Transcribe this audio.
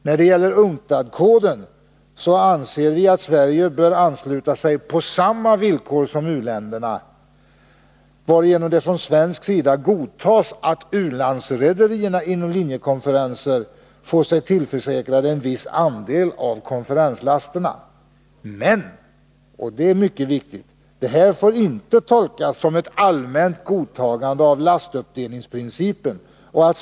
När det gäller UNCTAD-koden anser vi att Sverige bör ansluta sig på samma villkor som u-länderna, varigenom det från svensk sida godtas att u-landsrederier genom linjekonferenser får sig tillförsäkrade en viss andel av konferenslasterna. Men — och det är mycket viktigt — detta får inte tolkas som ett allmänt godtagande av lastuppdelningsprincipen.